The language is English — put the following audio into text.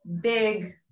big